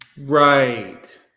right